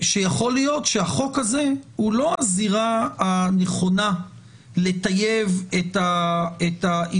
שיכול להיות שהחוק הזה הוא לא הזירה הנכונה לטייב את האיזונים.